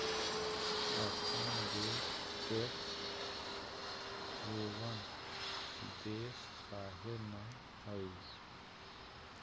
अपन देश tax haven देश काहे न हई?